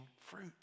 fruit